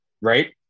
right